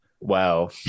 wow